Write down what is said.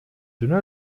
dünne